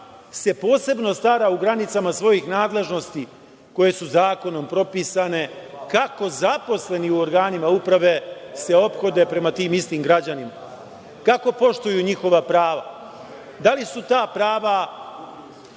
se posebno stara, u granicama svojih nadležnosti koje su zakonom propisane, kako se zaposleni u organima uprave ophode prema tim istim građanima, kako poštuju njihova prava. Da li su ta prava